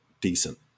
decent